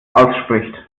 ausspricht